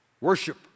Worship